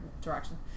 direction